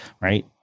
right